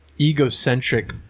egocentric